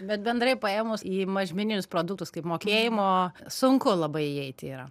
bet bendrai paėmus į mažmeninius produktus kaip mokėjimo sunku labai įeiti yra